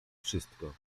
wszystko